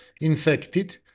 infected